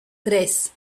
tres